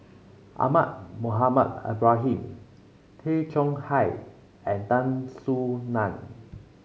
Ahmad Mohamed Ibrahim Tay Chong Hai and Tan Soo Nan